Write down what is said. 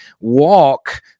walk